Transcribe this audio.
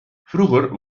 vroeger